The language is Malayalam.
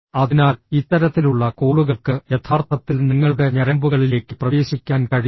അതിനാൽ ഇത്തരത്തിലുള്ള കോളുകൾക്ക് യഥാർത്ഥത്തിൽ നിങ്ങളുടെ ഞരമ്പുകളിലേക്ക് പ്രവേശിക്കാൻ കഴിയും